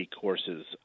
courses